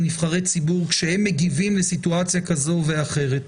נבחרי ציבור כשהם מגיבים לסיטואציה כזו או אחרת.